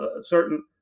certain